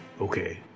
okay